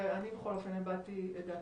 ואני בכל אופן הבעתי את דעתי,